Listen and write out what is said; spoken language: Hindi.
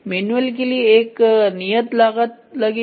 मैन्युअल के लिए एक नियत लागत लगेगी